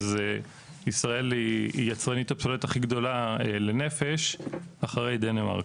ישראל היא יצרנית הפסולת הכי גדולה לנפש אחרי דנמרק.